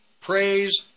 Praise